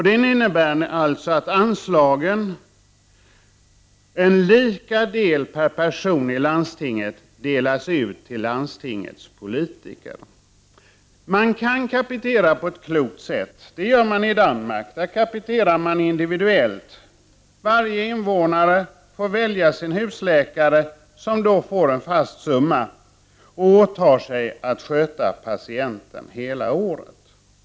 Det innebär när det gäller anslagen att en lika del per person i landstinget delas ut till landstingspolitiker. Man kan kapitera på ett klokt sätt — det gör man i Danmark. Där kapiterar man individuellt. Varje invånare får välja sin husläkare, som får en fast summa och åtar sig att sköta patienten hela året.